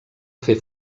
fer